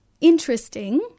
interesting